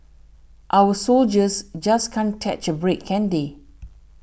our soldiers just can't catch a break can't they